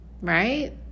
right